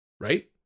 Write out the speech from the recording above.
Right